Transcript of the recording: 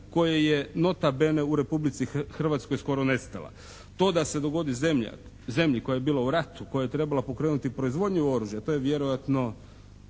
koje je nota bene u Republici Hrvatskoj skoro nestala. To da se dogodi zemlji koja je bila u ratu, koja je trebala pokrenuti proizvodnju oružja to je vjerojatno